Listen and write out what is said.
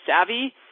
savvy